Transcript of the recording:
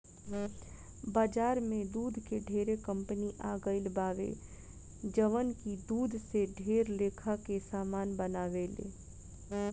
बाजार में दूध के ढेरे कंपनी आ गईल बावे जवन की दूध से ढेर लेखा के सामान बनावेले